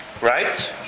Right